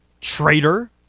Traitor